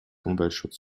umweltschutz